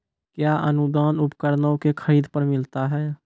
कया अनुदान उपकरणों के खरीद पर मिलता है?